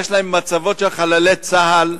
יש להם מצבות של חללי צה"ל,